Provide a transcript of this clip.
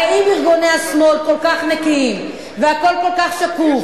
הרי אם ארגוני השמאל כל כך נקיים והכול כל כך שקוף,